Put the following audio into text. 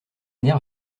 nerfs